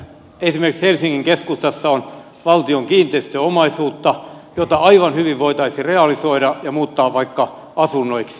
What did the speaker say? esimerkiksi helsingin keskustassa on valtion kiinteistöomaisuutta jota aivan hyvin voitaisiin realisoida ja muuttaa vaikka asunnoiksi